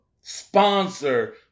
sponsor